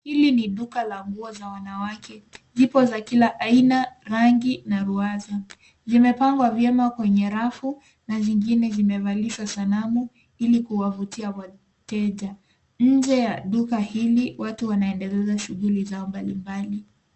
Hili ni duka la nguo za wanawake, zipo za kila aina ,rangi na luazo. Zimepangwa vyema kwenye rafu na zingine zimevalishwa sanamu ili kuwavutia wateja. Nje ya duka hili watu wanaendeleza shughuli zao mbalimbali.